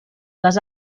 les